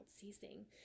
ceasing